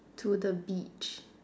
to the beach